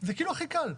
זה כאילו הכי קל.